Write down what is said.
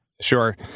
Sure